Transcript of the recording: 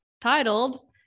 titled